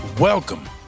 Welcome